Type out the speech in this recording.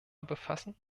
befassen